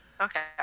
Okay